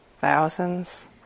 Thousands